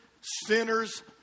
sinners